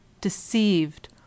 deceived